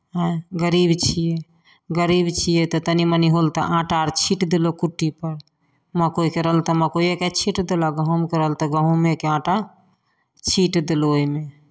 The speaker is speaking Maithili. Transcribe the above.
आँय गरीब छियै गरीब छियै तऽ तनि मनि होल तऽ आँटा आर छीँटि देलहुँ कुट्टीपर मक्कइके रहल तऽ मक्कइएके छीँटि देलक गहूँमके रहल तऽ गहूँमेके आँटा छीँटि देलहुँ ओहिमे